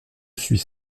suis